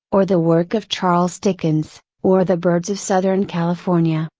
or the work of charles dickens, or the birds of southern california.